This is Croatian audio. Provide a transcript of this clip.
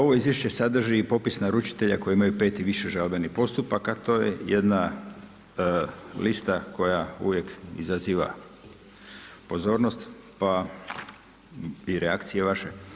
Ovo izvješće sadrži i popis naručitelja koji imaju 5 i više žalbenih postupaka, to je jedna lista koja uvijek izaziva pozornost, pa i reakcije vaše.